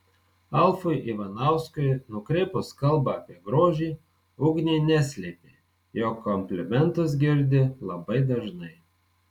alfui ivanauskui nukreipus kalbą apie grožį ugnė neslėpė jog komplimentus girdi labai dažnai